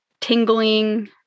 tingling